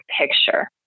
picture